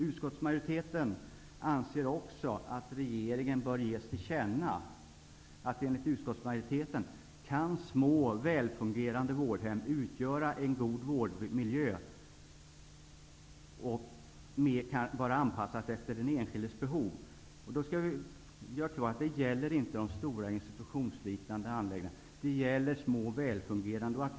Utskottsmajoriteten anser också att regeringen bör ges till känna, att enligt utskottsmajoriteten kan små välfungerande vårdhem utgöra en god vårdmiljö och vara anpassade efter den enskildes behov. Det gäller inte de stora institutionsliknande anläggningarna. Det gäller små välfungerande vårdhem.